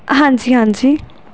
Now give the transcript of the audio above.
ਹਾਂਜੀ ਹਾਂਜੀ